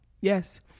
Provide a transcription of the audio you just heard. Yes